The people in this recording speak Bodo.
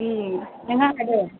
नोंहा हादों